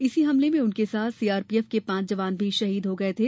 इसी हमले में उनके साथ सीआरपीएफ के पांच जवान भी शहीद हो गए थे